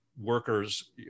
workers